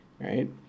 right